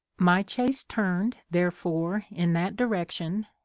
my chase turned, therefore, in that direction,